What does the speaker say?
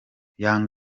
young